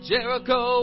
Jericho